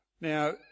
Now